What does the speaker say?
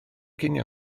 cinio